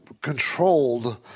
controlled